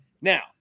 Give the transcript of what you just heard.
Now